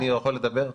אני יכול לדבר בשקט?